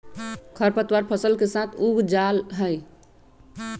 खर पतवार फसल के साथ उग जा हई